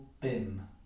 Bim